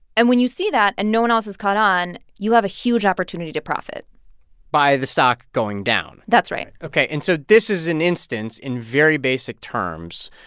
and when you see that and no one else has caught on, you have a huge opportunity to profit by the stock going down? that's right ok, and so this is an instance, in very basic terms,